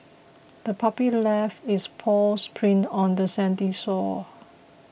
the puppy left its paw prints on the sandy shore